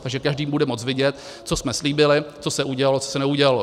Takže každý bude moci vidět, co jsme slíbili, co se udělalo, co se neudělalo.